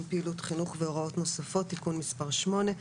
פעילות חינוך והוראות נוספות) (תיקון מס' 8),